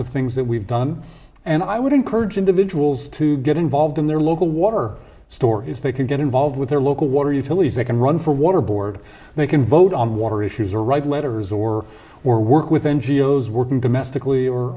of things that we've done and i would encourage individuals to get involved in their local water store if they can get involved with their local water utilities they can run for water board they can vote on water issues or write letters or or work with n g o s working domestically or